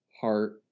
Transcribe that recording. heart